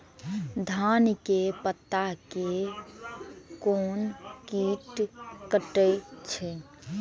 धान के पत्ता के कोन कीट कटे छे?